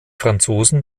franzosen